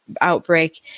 outbreak